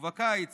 ובקיץ